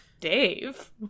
Dave